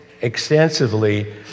extensively